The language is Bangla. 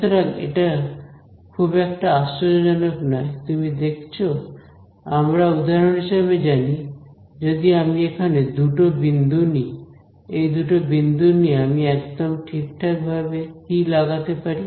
সুতরাং এটা খুব একটা আশ্চর্যজনক নয় তুমি দেখছো আমরা উদাহরণ হিসেবে জানি যদি আমি এখানে দুটো বিন্দু নিই এই দুটো বিন্দু নিয়ে আমি একদম ঠিকঠাক ভাবে কি লাগাতে পারি